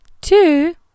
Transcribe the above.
Two